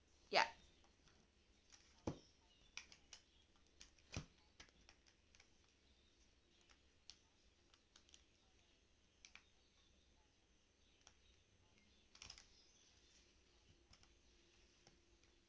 ya